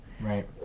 Right